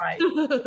right